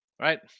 right